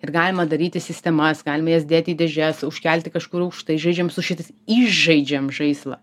ir galima daryti sistemas galim jas dėti į dėžes užkelti kažkur aukštai žaidžiam su šitais išžaidžiam žaislą